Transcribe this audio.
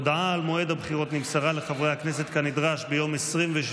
הודעה על מועד הבחירות נמסרה לחברי הכנסת כנדרש ביום 27